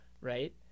right